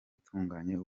itunganye